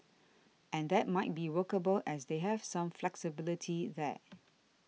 and that might be workable as they have some flexibility there